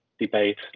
debate